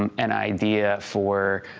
um an idea for,